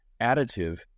additive